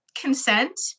consent